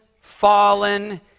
fallen